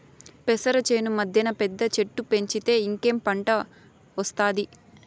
పెసర చేను మద్దెన పెద్ద చెట్టు పెంచితే ఇంకేం పంట ఒస్తాది